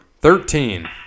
Thirteen